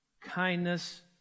Kindness